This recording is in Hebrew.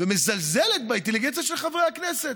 ומזלזלת באינטליגנציה של חברי הכנסת,